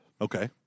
okay